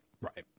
Right